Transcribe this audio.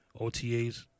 OTAs